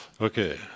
Okay